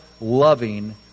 loving